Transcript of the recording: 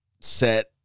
set